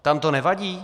Tam to nevadí?